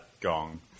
Gong